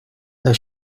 the